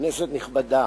כנסת נכבדה,